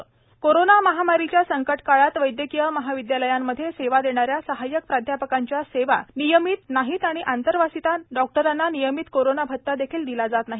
doctor आंदोलन corona महामारीच्या संकटकाळात वैदयकीय महाविदयालयामध्ये सेवा देणाऱ्या सहाय्यक प्राध्यापकांच्या सेवा नियमित नाही आणि आंतरवासित डॉक्टरांना नियमित कोरोना भत्ता देखील दिला जात नाही